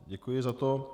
Děkuji za to.